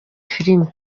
filimi